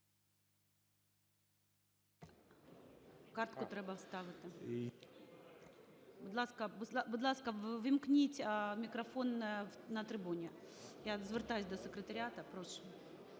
Картку треба вставити. Будь ласка, ввімкніть мікрофон на трибуні, я звертаюсь до секретаріату. Прошу.